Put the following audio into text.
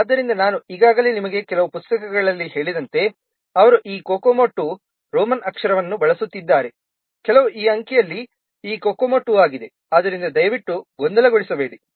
ಆದ್ದರಿಂದ ನಾನು ಈಗಾಗಲೇ ನಿಮಗೆ ಕೆಲವು ಪುಸ್ತಕಗಳಲ್ಲಿ ಹೇಳಿದಂತೆ ಅವರು ಈ COCOMO II ರೋಮನ್ ಅಕ್ಷರವನ್ನು ಬಳಸುತ್ತಿದ್ದಾರೆ ಕೆಲವು ಈ ಅಂಕಿಯಲ್ಲಿ ಈ COCOMO 2 ಆಗಿವೆ ಆದ್ದರಿಂದ ದಯವಿಟ್ಟು ಗೊಂದಲಗೊಳಿಸಬೇಡಿ